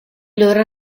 loro